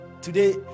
today